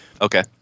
Okay